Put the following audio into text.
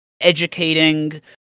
educating